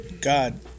God